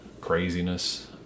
craziness